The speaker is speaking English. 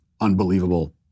unbelievable